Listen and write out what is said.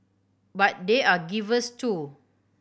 but they are givers too